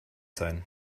sein